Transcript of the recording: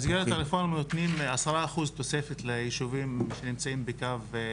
במסגרת הרפורמה נותנים 10% תוספת לישובים שנמצאים בקו עימות.